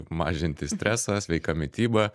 mažinti stresą sveika mityba